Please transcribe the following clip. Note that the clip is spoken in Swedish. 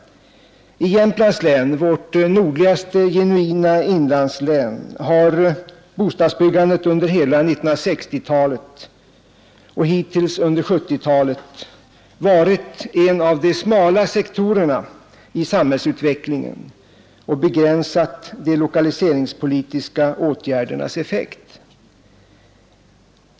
I Jämtlands län, vårt nordligaste genuina inlandslän, har bostadsbyggandet under hela 1960 talet och hittills under 1970-talet varit en av de ”smala sektorerna” i samhällsutvecklingen och begränsat de lokaliseringspolitiska åtgärdernas effekt.